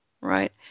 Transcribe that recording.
right